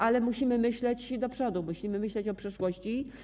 Ale musimy myśleć do przodu, musimy myśleć o przyszłości.